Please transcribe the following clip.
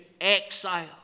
exile